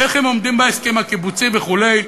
איך הם עומדים בהסכם הקיבוצי וכו'?